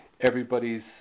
everybody's